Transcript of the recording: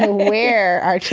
and where i